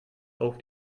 auf